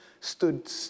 stood